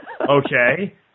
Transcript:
Okay